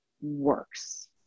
works